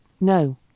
no